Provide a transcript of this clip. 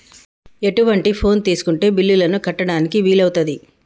ఎటువంటి ఫోన్ తీసుకుంటే బిల్లులను కట్టడానికి వీలవుతది?